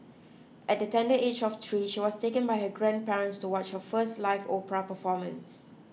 at the tender age of three she was taken by her grandparents to watch her first live opera performance